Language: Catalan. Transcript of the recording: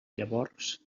llavors